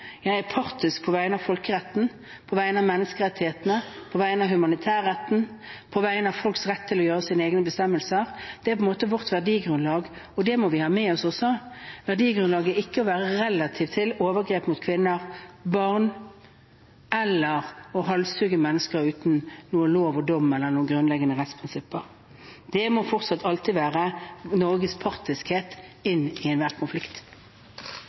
Jeg er veldig partisk. Jeg er partisk på vegne av folkeretten, på vegne av menneskerettighetene, på vegne av humanitærretten, på vegne av folks rett til å ta sine egne bestemmelser. Det er vårt verdigrunnlag, og det må vi også ha med oss. Verdigrunnlaget er ikke å være relativ til overgrep mot kvinner, barn eller å halshugge mennesker uten lov og dom eller grunnleggende rettsprinsipper. Det må fortsatt alltid være Norges partiskhet inn i enhver konflikt.